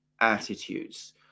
attitudes